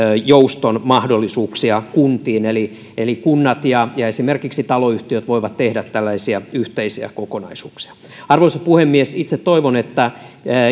jouston mahdollisuuksia kuntiin eli eli kunnat ja ja esimerkiksi taloyhtiöt voivat tehdä tällaisia yhteisiä kokonaisuuksia arvoisa puhemies itse toivon että